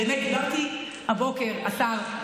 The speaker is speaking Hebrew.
באמת, דיברתי הבוקר, השר,